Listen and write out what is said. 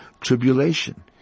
tribulation